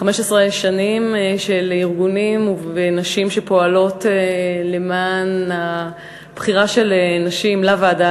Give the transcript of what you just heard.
15 שנים של ארגונים ונשים שפועלים למען הבחירה של נשים לוועדה